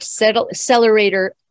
accelerator